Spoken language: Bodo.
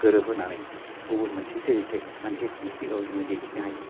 गोरोब होनानै गुबुन मोनसे सोरजिथाइ मानसिफोरनि सिगाङाव जोङो दिन्थिनो हायो